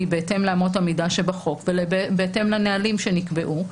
בהתאם לאמות המידה שבחוק ובהתאם לנהלים שנקבעו,